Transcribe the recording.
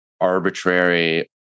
arbitrary